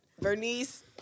Bernice